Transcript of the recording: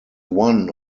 one